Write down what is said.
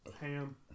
Ham